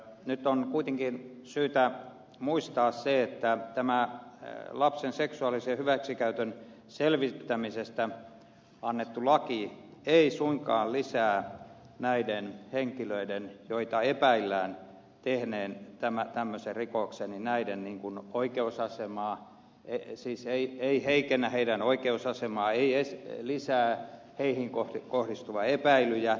nyt on kuitenkin syytä muistaa se että lapsen seksuaalisen hyväksikäytön selvittämisestä annettu laki ei suinkaan heikennä näiden henkilöiden joiden epäillään tehneen tämän hän myös erikoisemmin näiden niinkun oikeusasemaa ei siis ei tämmöisen rikoksen oikeusasemaa ei lisää heihin kohdistuvia epäilyjä